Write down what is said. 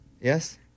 Yes